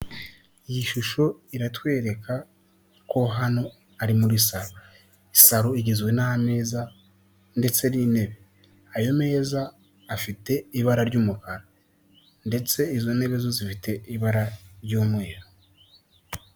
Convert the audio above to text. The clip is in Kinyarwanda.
Iyi shusho iratwereka ko hano ari muri saro, saro igizwe n'ameza ndetse n'intebe ayo meza afite ibara ry'umukara ndetse izo ntebe zo zifite ibara ry'umweru.